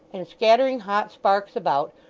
and scattering hot sparks about,